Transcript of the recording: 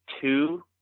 two